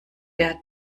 der